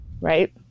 Right